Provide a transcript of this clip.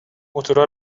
موتورا